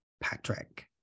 Patrick